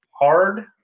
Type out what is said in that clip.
hard